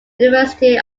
university